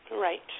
Right